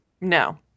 No